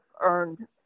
earned